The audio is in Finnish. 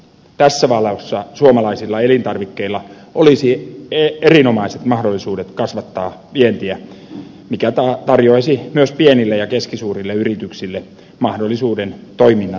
tässä valossa suomalaisilla elintarvikkeilla olisi erinomaiset mahdollisuudet kasvattaa vientiä mikä tarjoaisi myös pienille ja keskisuurille yrityksille mahdollisuuden toiminnan laajentamiseen